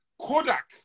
Kodak